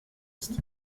ist